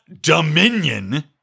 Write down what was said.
dominion